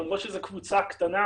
למרות שזו קבוצה קטנה,